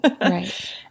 Right